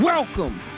Welcome